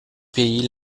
pays